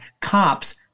cops